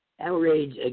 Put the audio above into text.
Outrage